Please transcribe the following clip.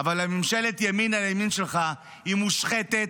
אבל ממשלת הימין על ימין שלך היא מושחתת,